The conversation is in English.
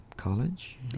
college